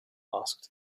asked